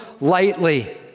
lightly